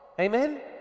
amen